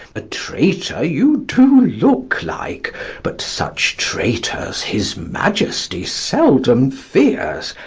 a traitor you do look like but such traitors his majesty seldom fears.